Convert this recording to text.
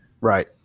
right